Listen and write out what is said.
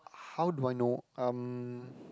how do I know um